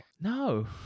No